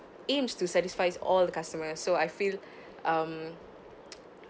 aims to satisfies all the customers so I feel um